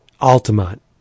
Altamont